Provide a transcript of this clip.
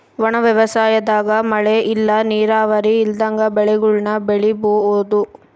ಒಣ ವ್ಯವಸಾಯದಾಗ ಮಳೆ ಇಲ್ಲ ನೀರಾವರಿ ಇಲ್ದಂಗ ಬೆಳೆಗುಳ್ನ ಬೆಳಿಬೋಒದು